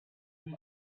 him